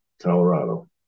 Colorado